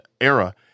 era